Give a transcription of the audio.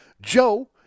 Joe